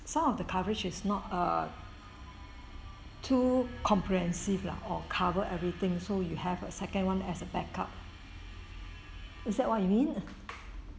some of the coverage is not err too comprehensive lah or cover everything so you have a second [one] as a backup is that what you mean